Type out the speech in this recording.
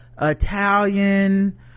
italian